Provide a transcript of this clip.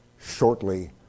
shortly